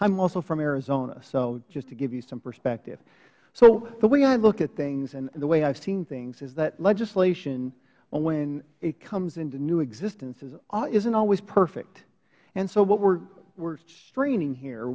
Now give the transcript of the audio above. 'm also from arizona so just to give you some perspective so the way i look at things and the way i've seen things is that legislation when it comes into new existence isn't always perfect and so what we're straining here